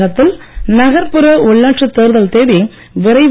தமிழகத்தில் நகர்புற உள்ளாட்சித் தேர்தல் தேதி விரைவில்